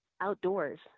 outdoors